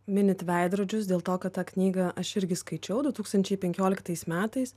minit veidrodžius dėl to kad tą knygą aš irgi skaičiau du tūkstančiai penkioliktais metais